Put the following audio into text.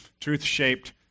truth-shaped